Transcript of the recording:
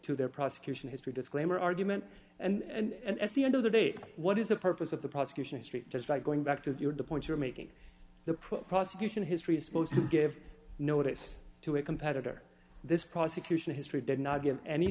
to their prosecution history disclaimer argument and at the end of the day what is the purpose of the prosecution street just by going back to the point you're making the prosecution history is supposed to give notice to a competitor this prosecution history did not give any